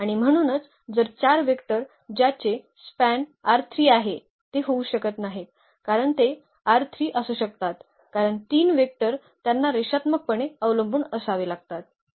आणि म्हणूनच जर 4 वेक्टर ज्याचे span आहे ते होऊ शकत नाहीत कारण ते असू शकतात कारण 3 वेक्टर त्यांना रेषात्मकपणे अवलंबून असावे लागतात